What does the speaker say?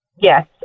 yes